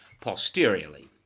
posteriorly